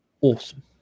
awesome